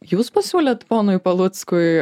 jūs pasiūlėt ponui paluckui